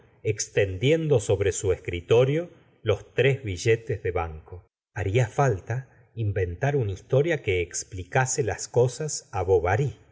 extendiendo sobre su escritorio los tres billetes de banco haría falta inventar una historia que explicase las cosas á bovary